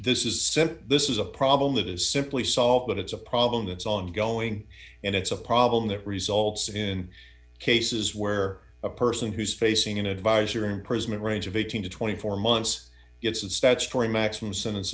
simply this is a problem that is simply solved but it's a problem that's ongoing and it's a problem that results in cases where a person who's facing an advisor imprisonment range of eighteen to twenty four months it's a statutory maximum sentence